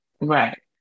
Right